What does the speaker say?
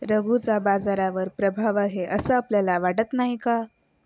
रघूचा बाजारावर प्रभाव आहे असं आपल्याला वाटत नाही का?